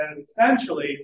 essentially